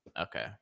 Okay